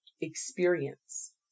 experience